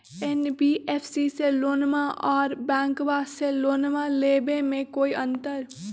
NBFC से लोनमा आर बैंकबा से लोनमा ले बे में कोइ अंतर?